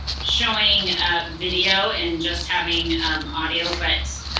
showing ah video and just having audio, but